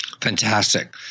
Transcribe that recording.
Fantastic